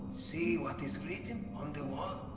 see what is written on the wall?